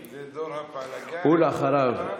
ואחריו,